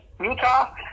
Utah